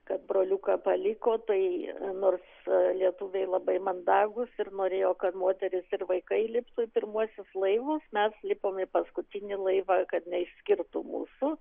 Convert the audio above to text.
kad broliuką paliko tai nors lietuviai labai mandagūs ir norėjo kad moterys ir vaikai liptų į pirmuosius laivus mes lipom į paskutinį laivą kad neišskirtų mūsų